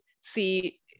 see